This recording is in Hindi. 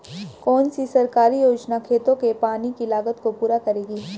कौन सी सरकारी योजना खेतों के पानी की लागत को पूरा करेगी?